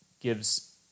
gives